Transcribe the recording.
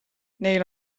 neil